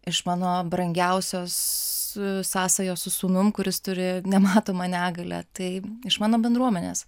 iš mano brangiausios sąsajos su sūnum kuris turi nematomą negalią tai iš mano bendruomenės